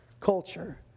culture